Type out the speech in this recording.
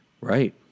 Right